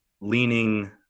leaning